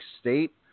state